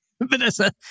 Vanessa